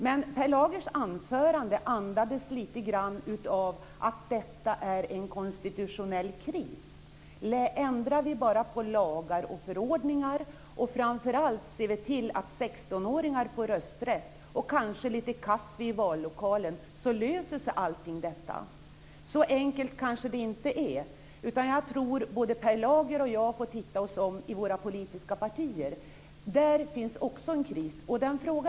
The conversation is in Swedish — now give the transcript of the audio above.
Men Per Lagers anförande andades också lite grann av att detta är en konstitutionell kris. Ändrar vi bara på lagar och förordningar, och om vi framför allt ser till att 16-åringar får rösträtt och kanske lite kaffe i vallokalen så löser sig allt detta. Så enkelt kanske det inte är, utan jag tror att både Per Lager och jag får titta oss om i våra politiska partier. Där finns också en kris.